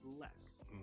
less